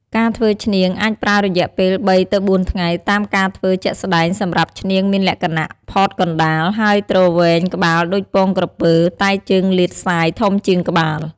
ការធ្វើឈ្នាងអាចប្រើរយៈពេល ៣ទៅ៤ថ្ងៃតាមការធ្វើជាក់ស្តែងសម្រាប់ឈ្នាងមានលក្ខណៈផតកណ្តាល ហើយទ្រវែងក្បាលដូចពងក្រពើតែជើងលាតសាយចំជាងក្បាល។